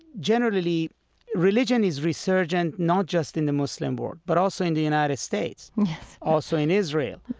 generally religion is resurgent not just in the muslim world but also in the united states yes also in israel.